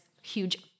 huge